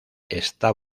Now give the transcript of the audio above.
está